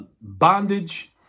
bondage